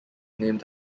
named